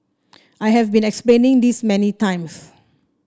I have been explaining this many times